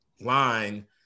line